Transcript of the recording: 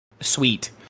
sweet